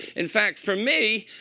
in fact, for me,